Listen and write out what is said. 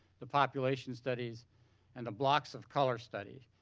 the population studies and the blocks of color study.